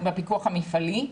בפיקוח המפעלי.